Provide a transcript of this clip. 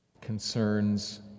concerns